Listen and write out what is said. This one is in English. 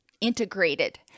integrated